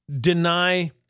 deny